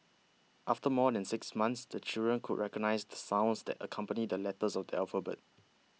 after more than six months the children could recognise the sounds that accompany the letters of the alphabet